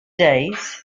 geckos